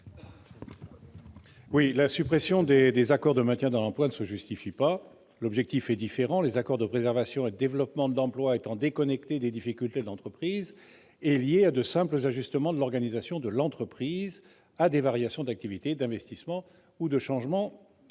La suppression des accords de maintien dans l'emploi ne se justifie pas. L'objectif est différent, les accords de préservation et de développement de l'emploi, ou APDE, étant déconnectés des difficultés de l'entreprise et liés à de simples ajustements de l'organisation de l'entreprise à des variations d'activités, d'investissement ou de changement